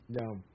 No